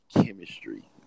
chemistry